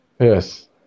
yes